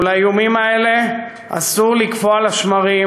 מול האיומים האלה אסור לקפוא על השמרים